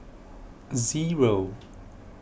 zero